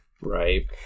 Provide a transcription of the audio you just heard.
Right